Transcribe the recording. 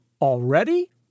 already